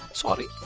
sorry